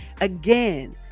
Again